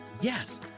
Yes